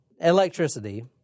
electricity